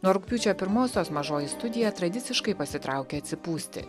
nuo rugpjūčio pirmosios mažoji studija tradiciškai pasitraukia atsipūsti